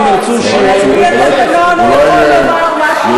סטייה מהתקנון, זה פה-אחד.